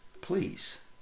please